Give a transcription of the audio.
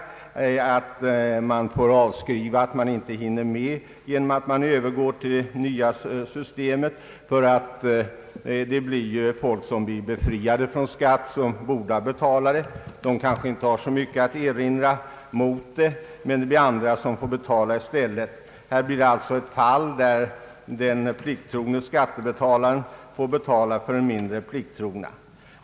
Man tvingas göra avskrivningar därför att man efter övergången till det nya systemet inte hinner med indrivningarna. De personer som på detta sätt befrias från skatt men som borde ha betalat kanske inte har något att invända, men andra skattebetalare drabbas i stället. Här inträffar det alltså att den plikttrogne skattebetalaren får betala för den mindre plikttrogne.